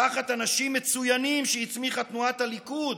תחת אנשים מצוינים שהצמיחה תנועת הליכוד,